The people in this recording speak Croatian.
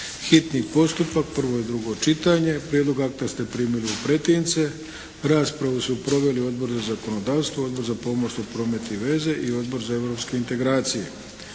hitni postupak, prvo i drugo čitanje, P.Z.E. br. 717 Prijedlog akta ste primili u pretince. Raspravu su proveli: Odbor za zakonodavstvo, Odbor za pomorstvo, promet i veze i Odbor za europske integracije.